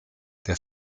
der